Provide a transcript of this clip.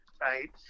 Right